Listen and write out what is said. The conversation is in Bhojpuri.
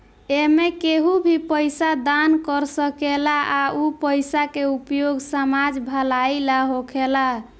एमें केहू भी पइसा दान कर सकेला आ उ पइसा के उपयोग समाज भलाई ला होखेला